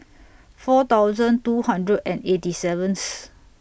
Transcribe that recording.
four thousand two hundred and eighty seventh